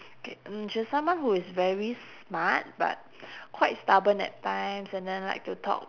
K mm she's someone who is very smart but quite stubborn at times and then like to talk